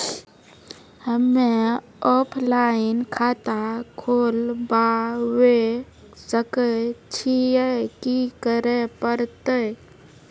हम्मे ऑफलाइन खाता खोलबावे सकय छियै, की करे परतै?